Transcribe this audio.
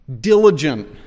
diligent